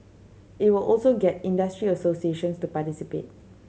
it will also get industry associations to participate